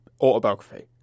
autobiography